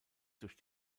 durch